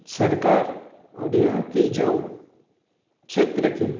सरकार और यहाँ के जो क्षेत्र की